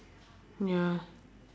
ya